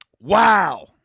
wow